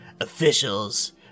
officials